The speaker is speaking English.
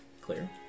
clear